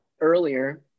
earlier